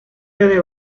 desde